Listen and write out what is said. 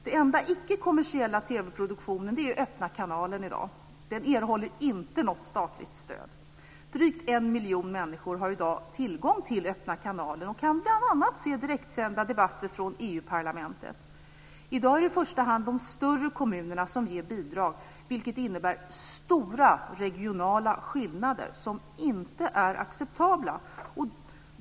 Den enda icke kommersiella TV-produktionen är i dag Öppna kanalen. Den erhåller inte något statligt stöd. Drygt en miljon människor har i dag tillgång till Öppna kanalen och kan bl.a. se direktsända debatter från EU-parlamentet. I dag är det i första hand de större kommunerna som ger bidrag, vilket innebär stora regionala skillnader som inte är acceptabla.